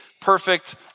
perfect